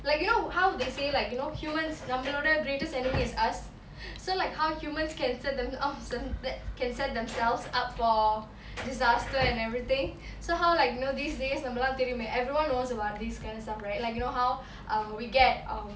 like you know how they say like you know humans நம்மளோட:nammaloda greatest enemy is us so like how humans can set themselves up that can set themselves up for disaster and everything so how like you know these days நம்மலா தெரியுமே:nammala theriyume everyone knows about this kind of stuff right like you know how um we get um